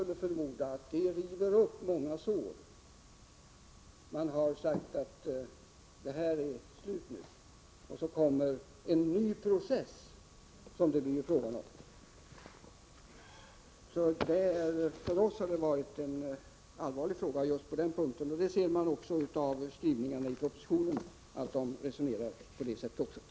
Man har i dessa fall alltså sagt att saken nu är avslutad, och så blir det fråga om en ny process. För oss har detta just i detta avseende varit en allvarlig fråga. Det framgår också av skrivningen i propositionen att man där resonerar på samma sätt.